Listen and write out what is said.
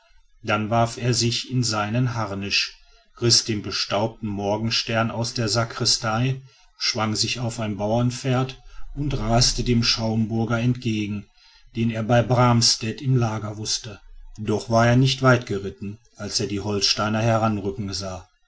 dann warf er sich in seinen harnisch riß den bestaubten morgenstern aus der sakristei schwang sich auf ein bauernpferd und raste dem schauenburger entgegen den er bei bramstedt im lager wußte doch war er nicht weit geritten als er die holsteiner heranrücken sah